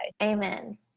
Amen